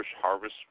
Harvest